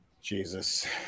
Jesus